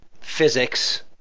physics